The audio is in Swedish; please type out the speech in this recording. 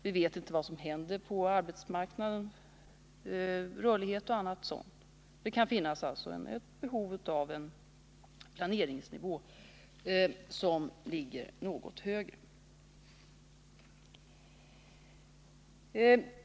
Vi vet inte vad som händer på arbetsmarknaden i fråga om rörlighet och annat som gör att vi kan få behov av en något högre planeringsnivå.